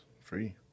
Free